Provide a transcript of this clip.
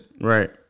right